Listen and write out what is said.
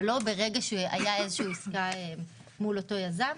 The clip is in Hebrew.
אבל לא ברגע שהייתה עסקה מול אותו יזם.